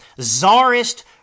czarist